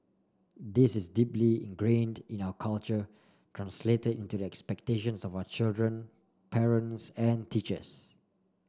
this is deeply ingrained in our culture translated into the expectations of our children parents and teachers